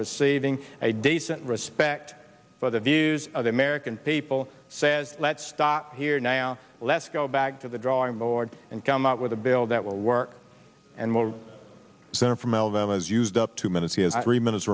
receiving a decent respect for the views of the men can paypal says let's stop here now let's go back to the drawing board and come up with a bill that will work and more sent from alabama's used up two minutes he has three minutes